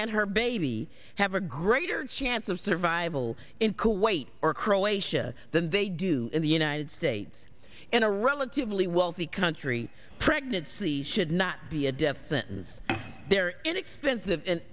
and her baby have a greater chance of survival in kuwait or croatia than they do in the united states in a relatively wealthy country pregnancy should not be a death sentence they're inexpensive an